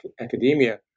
academia